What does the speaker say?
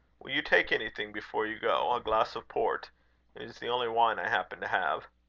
will you take anything before you go? a glass of port? it is the only wine i happen to have.